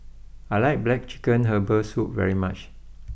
I like Black Chicken Herbal Soup very much